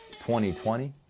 2020